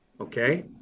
okay